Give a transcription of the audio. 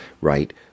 right